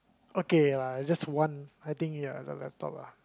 okay lah it's just one I think ya the laptop ah